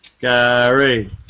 Gary